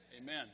Amen